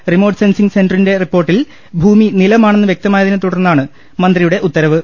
remote sensing സെന്ററിന്റെ റിപ്പോർട്ടിൽ ഭൂമി നിലമാ ണെന്ന് വൃക്തമായതിനെ തുടർന്നാണ് മന്ത്രിയുടെ ഉത്തരവ്